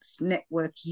Network